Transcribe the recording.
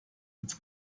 ins